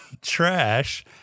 Trash